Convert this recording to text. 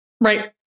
Right